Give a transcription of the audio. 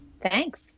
Thanks